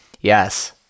Yes